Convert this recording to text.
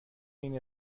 این